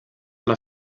alla